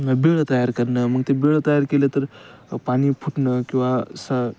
बिळं तयार करणं मग ते बिळं तयार केलं तर पाणी फुटणं किंवा असं